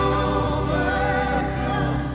overcome